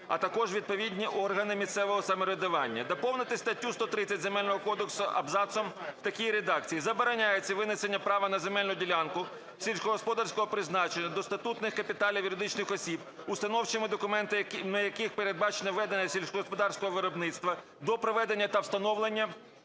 а також відповідні органи місцевого самоврядування.". Доповнити статтю 130 Земельного кодексу України абзацом в такій редакції: "Забороняється внесення права на земельну ділянку сільськогосподарського призначення до статутних капіталів юридичних осіб, установчими документами яких передбачено ведення сільськогосподарського виробництва, до проведення та встановлення